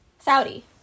Saudi